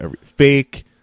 fake